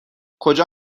کجا